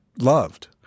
loved